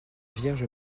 vierge